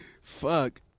Fuck